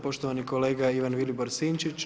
Poštovani kolega Ivan Vilibor Sinčić.